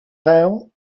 veu